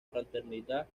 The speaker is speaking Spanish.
fraternidad